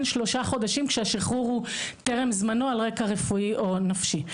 שלושה חודשים כשהשחרור הוא טרם זמנו על רקע רפואי או נפשי.